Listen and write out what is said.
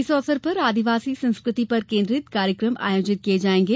इस अवसर पर आदिवासी संस्कृति पर केन्द्रित कार्यक्रम आयोजित किये जायेंगे